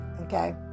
Okay